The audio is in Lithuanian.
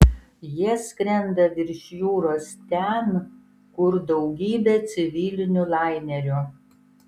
jie skrenda virš jūros ten kur daugybė civilinių lainerių